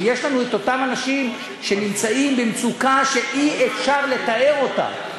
ויש לנו את אותם אנשים שנמצאים במצוקה שאי-אפשר לתאר אותה,